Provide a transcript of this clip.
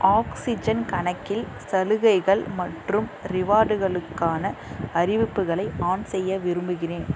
oxygen கணக்கில் சலுகைகள் மற்றும் ரிவார்டுகளுக்கான அறிவிப்புகளை ஆன் செய்ய விரும்புகிறேன்